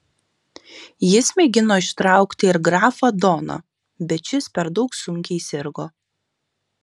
jis mėgino ištraukti ir grafą doną bet šis per daug sunkiai sirgo